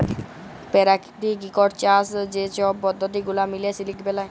পেরাকিতিক ইকট চাষ যে ছব পদ্ধতি গুলা মিলে সিলিক বেলায়